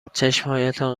چشمهایتان